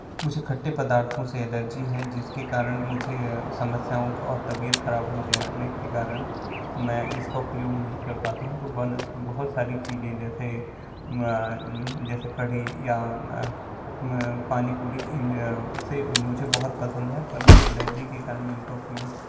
मुझे खट्टे पदार्थों से एलर्जी है जिसके कारण मुझे समस्याओं और तबियत ख़राब हो जाने के कारण मैं इसका उपयोग नहीं कर पाता हूँ बहुत सारी चीज़ें जैसे जैसे कढ़ी या पानी पूरी से मुझे बहुत पसंद है परन्तु एलर्जी के कारण मैं इनका उपयोग